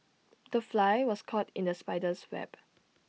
the fly was caught in the spider's web